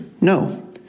no